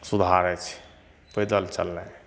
सुधार अछि पैदल चलने